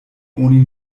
oni